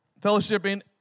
fellowshipping